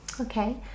Okay